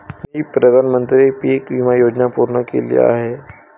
मी प्रधानमंत्री पीक विमा योजना पूर्ण केली आहे